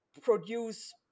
produce